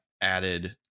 added